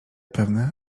pewne